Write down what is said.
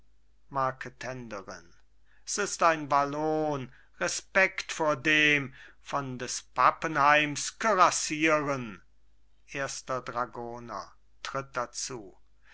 marketenderin s ist ein wallon respekt vor dem von des pappenheims kürassieren erster dragoner tritt dazu